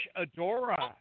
adora